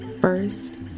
First